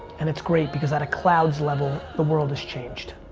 and it's great because at a clouds level, the world has changed.